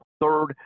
Third